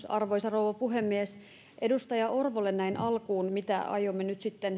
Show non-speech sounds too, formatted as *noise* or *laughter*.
*unintelligible* arvoisa rouva puhemies edustaja orpolle näin alkuun siitä mihin aiomme nyt sitten